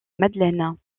madeleine